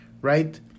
right